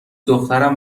دخترم